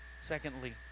Secondly